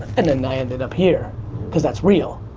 and then i ended up here cause that's real.